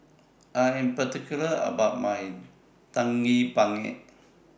I Am particular about My Daging Penyet